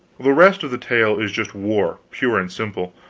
the rest of the tale is just war, pure and simple.